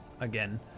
again